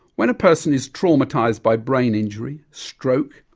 when a person is traumatised by brain injury, stroke,